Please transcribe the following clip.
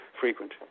frequent